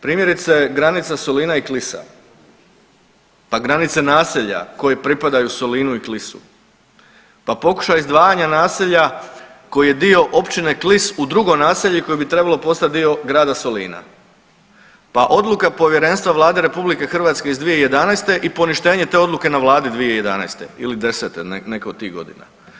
Primjerice granica Solina i Klisa, pa granice naselja koje pripadaju Solinu i Klisu, pa pokušaj izdvajanja naselja koji je dio općine Klis u drugo naselje koje bi trebalo postat dio grada Solina, pa odluka Povjerenstva Vlade RH iz 2011. i poništenje te odluke na vladi 2011. ili '10. neke od tih godina.